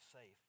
safe